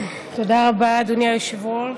תודה רבה, אדוני היושב-ראש.